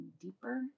deeper